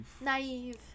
naive